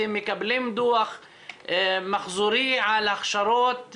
אתם מקבלים דוח מחזורי על הכשרות,